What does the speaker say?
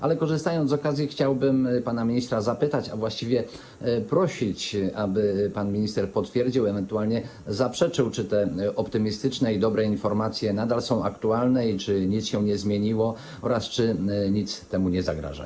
Ale korzystając z okazji, chciałbym pana ministra zapytać, a właściwie prosić, aby pan minister potwierdził, ewentualnie zaprzeczył: Czy te optymistyczne i dobre informacje nadal są aktualne i czy nic się nie zmieniło oraz czy nic temu nie zagraża?